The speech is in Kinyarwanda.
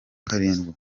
karindwi